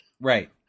Right